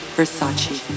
Versace